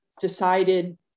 decided